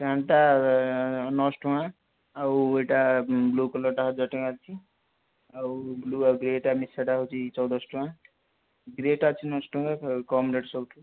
ପ୍ୟାଣ୍ଟ୍ଟା ନଅଶହ ଟଙ୍କା ଆଉ ଏଇଟା ବ୍ଳ୍ୟୁ କଲର୍ଟା ହଜାରେ ଟଙ୍କା ଅଛି ଆଉ ବ୍ଳ୍ୟୁ ଆଉ ଗ୍ରେଟା ମିଶାଟା ହେଉଛି ଚଉଦଶ ଟଙ୍କା ଗ୍ରେଟା ଅଛି ନଅଶ ଟଙ୍କା କମ୍ ରେଟ୍ ସବୁଠୁ